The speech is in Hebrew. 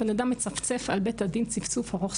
הבן אדם מצפצף על בית הדין צפצוף ארוך,